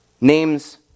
Names